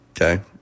okay